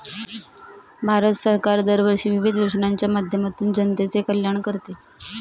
भारत सरकार दरवर्षी विविध योजनांच्या माध्यमातून जनतेचे कल्याण करते